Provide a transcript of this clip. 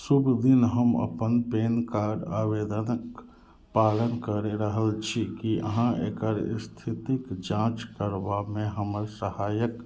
शुभ दिन हम अपन पैन कार्ड आवेदनक पालन कऽ रहल छी की अहाँ एकर स्थितिक जाँच करबामे हमर सहायक